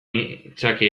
nitzake